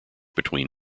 between